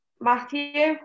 Matthew